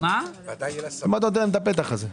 למה אתה נותן להם את הפתח הזה?